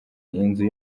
inzu